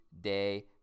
day